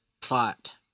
plot